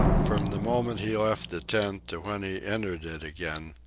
from the moment he left the tent to when he entered it again,